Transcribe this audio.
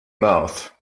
mouth